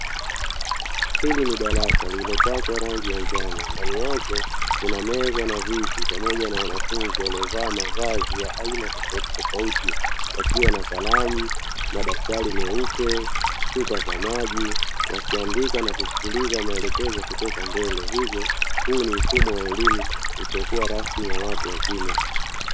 Hili ni darasa lililopakwa rangi ya njano, ndani yake kuna meza na viti pamoja na wanafunzi waliovaa mavazi ya aina tofautitofauti wakiwa na kalamu, madaftari meupe, chupa za maji; wakiandika na kusikilliza maelekezo kutoka mbele hivyo huu ni mfumo wa elimu usiokuwa rasmi wa watu wazima.